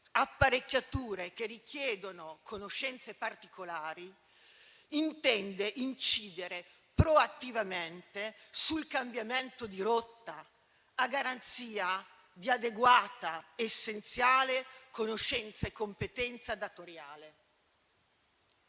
apparecchiature che richiedono conoscenze particolari, intende incidere proattivamente sul cambiamento di rotta, a garanzia di adeguata, essenziale conoscenza e competenza datoriale.